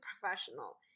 professional